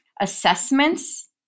assessments